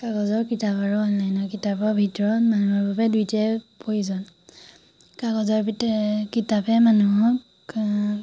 কাগজৰ কিতাপ আৰু অনলাইনৰ কিতাপৰ ভিতৰত মানুহৰ বাবে দুয়োটাই প্ৰয়োজন কাগজৰ ভিত কিতাপে মানুহক